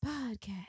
Podcast